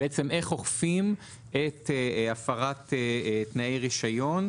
איך אוכפים את הפרת תנאי רישיון,